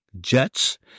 Jets